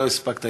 לא הספקת,